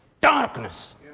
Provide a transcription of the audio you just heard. darkness